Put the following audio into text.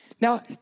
Now